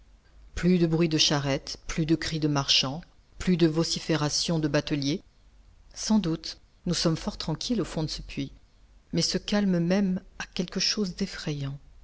plus de bruit de charrettes plus de cris de marchands plus de vociférations de bateliers sans doute nous sommes fort tranquilles au fond de ce puits mais ce calme même a quelque chose d'effrayant